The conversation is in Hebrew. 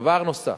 דבר נוסף,